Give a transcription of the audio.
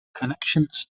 connections